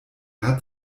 hat